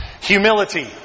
Humility